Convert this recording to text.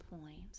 point